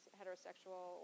heterosexual